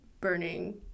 burning